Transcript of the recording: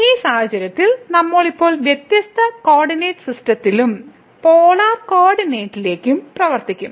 ഈ സാഹചര്യത്തിൽ നമ്മൾ ഇപ്പോൾ വ്യത്യസ്ത കോർഡിനേറ്റ് സിസ്റ്റത്തിലും പോളാർ കോർഡിനേറ്റിലും പ്രവർത്തിക്കും